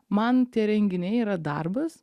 man tie renginiai yra darbas